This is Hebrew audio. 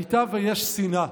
הייתה ויש שנאה,